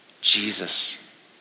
Jesus